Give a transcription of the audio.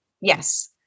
Yes